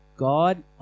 God